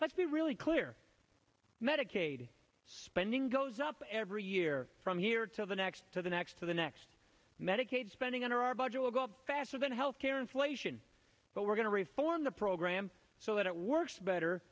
let's be really clear medicaid spending goes up every year from here to the next to the next to the next medicaid spending under our budget will grow faster than health care inflation but we're going to reform the program so that it works better